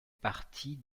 partie